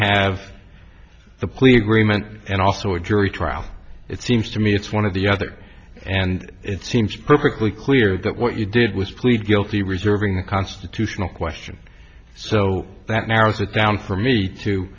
have the plea agreement and also a jury trial it seems to me it's one of the other and it seems perfectly clear that what you did was plead guilty reserving the constitutional question so that narrows it down for me to